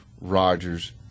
Rodgers